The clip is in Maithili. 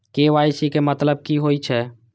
के.वाई.सी के मतलब की होई छै?